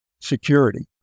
security